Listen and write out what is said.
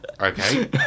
okay